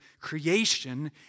creation